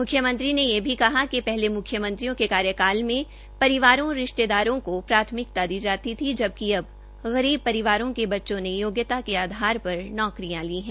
मुख्यमंत्री ने यह भी कहा कि पहले मुख्यमंत्री के कार्यकाल में परिवारों और रिश्तेदारों को प्राथमिकता दी जाती थी जबकि अब गरीब परिवारों के बच्चों ने योग्यता के आधार पर नौकरियां ली है